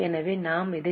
எனவே நாம் இதை என்